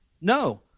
No